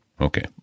Okay